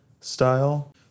style